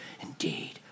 indeed